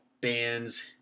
bands